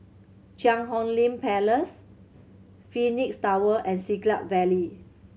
Cheang Hong Lim Place Phoenix Tower and Siglap Valley